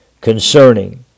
concerning